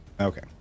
Okay